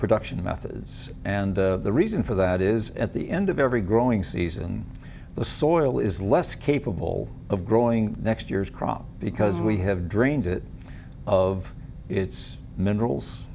production methods and the reason for that is at the end of every growing season the soil is less capable of growing next year's crop because we have drained it of its